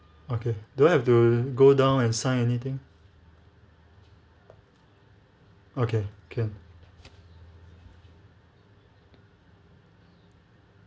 okay do I have to go down and sign anything okay can